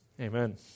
Amen